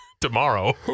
tomorrow